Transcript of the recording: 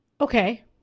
okay